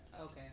Okay